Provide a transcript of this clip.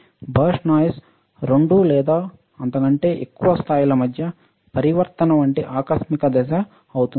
burst noise రెండు లేదా అంతకంటే ఎక్కువ స్థాయిల మధ్య పరివర్తన వంటి ఆకస్మిక దశ అవుతుంది